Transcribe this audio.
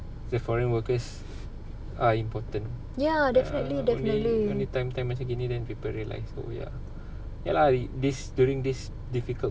the foreign workers are important only time time macam gini then people realise oh ya ya lah this during this difficult